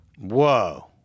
Whoa